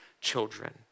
children